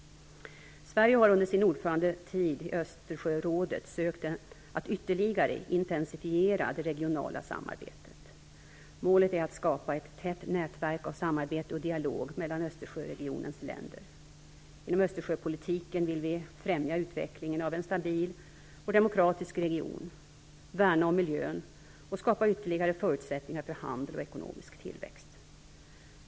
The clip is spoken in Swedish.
Sverige har under sin ordförandetid i Östersjörådet sökt att ytterligare intensifiera det regionala samarbetet. Målet är att skapa ett tätt nätverk av samarbete och dialog mellan Östersjöregionens länder. Inom Östersjöpolitiken vill vi främja utvecklingen av en stabil och demokratisk region, värna om miljön och skapa ytterligare förutsättningar för handel och ekonomisk tillväxt.